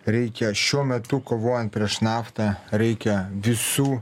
reikia šiuo metu kovojant prieš naftą reikia visų